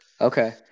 Okay